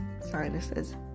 Sinuses